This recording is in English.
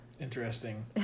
Interesting